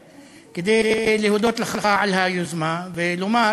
כדי להודות לך קבל עם ועדה על היוזמה, ולומר